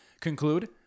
conclude